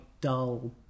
dull